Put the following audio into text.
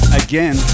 again